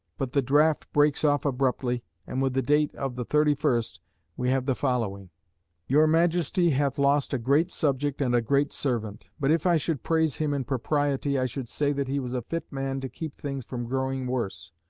but the draft breaks off abruptly, and with the date of the thirty first we have the following your majesty hath lost a great subject and a great servant. but if i should praise him in propriety, i should say that he was a fit man to keep things from growing worse,